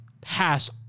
pass